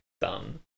done